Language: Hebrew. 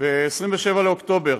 ב-27 באוקטובר,